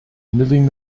milling